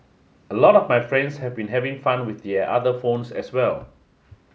a lot of my friends have been having fun with their other phones as well